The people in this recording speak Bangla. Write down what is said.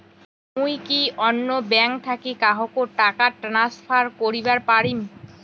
মুই কি অন্য ব্যাঙ্ক থাকি কাহকো টাকা ট্রান্সফার করিবার পারিম?